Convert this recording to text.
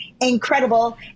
incredible